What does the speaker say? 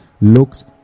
looks